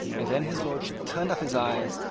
and then his lordship turned up his eyes,